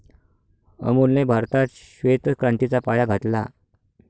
अमूलने भारतात श्वेत क्रांतीचा पाया घातला